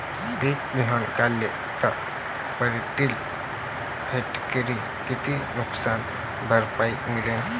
पीक विमा काढला त पराटीले हेक्टरी किती नुकसान भरपाई मिळीनं?